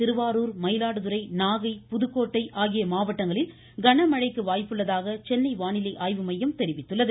திருவாரூர் மயிலாடுதுறை நாகை புதுக்கோட்டை மாவட்டங்களில் கனமழைக்கு வாய்ப்பிருப்பதாக சென்னை வானிலை ஆய்வு மையம் தெரிவித்துள்ளது